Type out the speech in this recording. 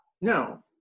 No